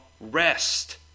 rest